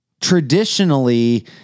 traditionally